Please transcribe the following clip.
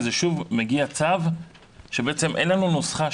ושוב מגיע צו שבעצם אין לנו נוסחה,